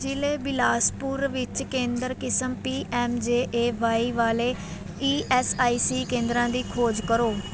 ਜ਼ਿਲ੍ਹੇ ਬਿਲਾਸਪੁਰ ਵਿੱਚ ਕੇਂਦਰ ਕਿਸਮ P M J A Y ਵਾਲੇ ਈ ਐਸ ਆਈ ਸੀ ਕੇਂਦਰਾਂ ਦੀ ਖੋਜ ਕਰੋ